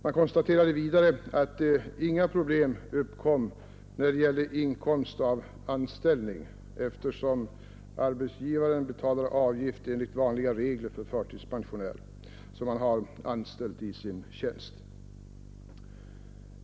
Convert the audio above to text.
Man konstaterade vidare att inga problem uppkom när det gällde inkomst av anställning, eftersom arbetsgivaren betalar avgift enligt vanliga regler för förtidspensionär som han har anställt i sin tjänst.